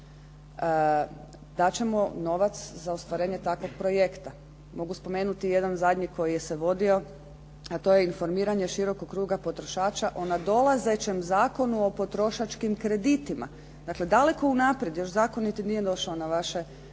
ćemo novac za ostvarenje takvog projekta. Mogu spomenuti jedan zadnji koji se vodio a to je informiranje širokog kruga potrošača o nadolazećem zakonu o potrošačkim kreditima, dakle daleko unaprijed, još zakon niti nije došao na vaše klupe